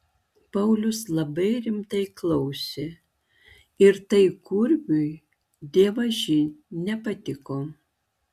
paulius labai rimtai klausė ir tai kurmiui dievaži nepatiko